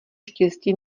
štěstí